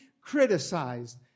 criticized